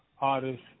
Artist